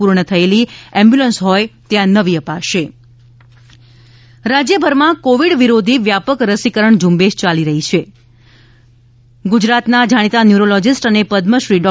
પૂર્ણ થયેલી એમ્બ્યુલન્સ હોય ત્યાં નવી અપાશે કોવિડ રસીકરણ રાજયભરમાં કોવિડ વિરોધી વ્યાપક રસીકરણ ઝુંબેશ યાલી રહી છે ગુજરાતનાં જાણીતા ન્યૂરોલોજિસ્ટ અને પદ્મશ્રી ડૉ